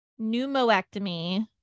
pneumoectomy